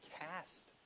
cast